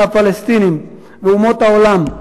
לפלסטינים ולאומות העולם,